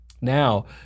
Now